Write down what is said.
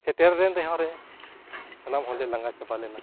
ᱥᱮᱴᱮᱨᱞᱮᱱ ᱨᱮᱦᱚᱸ ᱞᱮ ᱥᱟᱱᱟᱢ ᱦᱚᱲᱞᱮ ᱞᱟᱸᱜᱟ ᱪᱟᱵᱟ ᱞᱮᱱᱟ